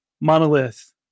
monolith